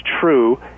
true